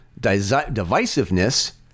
divisiveness